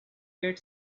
get